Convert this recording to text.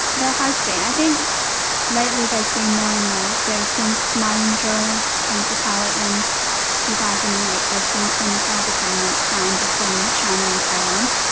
there has been, i think lately there has been more and more, so since ma ying-jeou ah came to power in two thousand and eight there has been twenty five agreements signed between china and taiwan.